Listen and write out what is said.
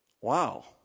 Wow